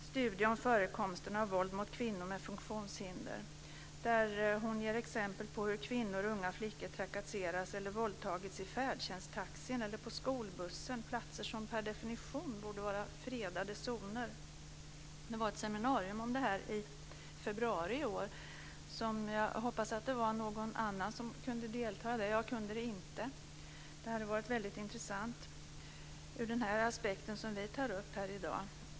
Studie om förekomsten av våld mot kvinnor med funktionshinder. Där ges exempel på hur kvinnor och unga flickor trakasserats eller våldtagits i färdtjänsttaxin eller i skolbussen - platser som per definition borde vara fredade zoner. I februari i år var det ett seminarium om detta. Jag hoppas att någon annan kunde delta då. Jag kunde inte göra det, men det hade varit väldigt intressant just från den aspekt som vi tar upp här i dag.